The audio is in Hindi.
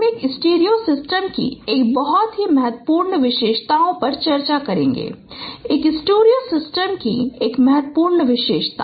अब हम एक स्टीरियो सिस्टम की एक बहुत ही महत्वपूर्ण विशेषता पर चर्चा करेंगे एक स्टीरियो सिस्टम की एक महत्वपूर्ण विशेषता